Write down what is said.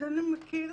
אדוני מכיר,